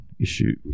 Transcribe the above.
issue